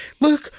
look